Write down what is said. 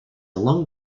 along